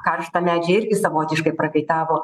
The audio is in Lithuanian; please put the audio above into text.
karšta medžiai irgi savotiškai prakaitavo